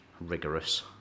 rigorous